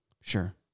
Sure